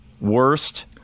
Worst